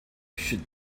should